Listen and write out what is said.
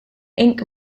ink